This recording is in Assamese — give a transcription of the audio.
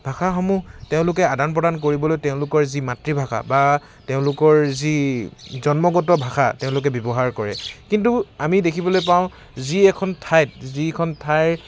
ভাষাসমূহ তেওঁলোকে আদান প্ৰদান কৰিবলৈ তেওঁলোকৰ যি মাতৃভাষা বা তেওঁলোকৰ যি জন্মগত ভাষা তেওঁলোকে ব্যৱহাৰ কৰে কিন্তু আমি দেখিবলৈ পাওঁ যি এখন ঠাইত যিখন ঠাইৰ